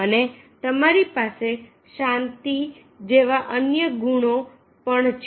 અને તમારી પાસે શાંતિ જેવા અન્ય ગુણો પણ છે